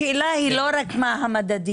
השאלה היא לא רק מה המדדים,